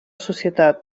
societat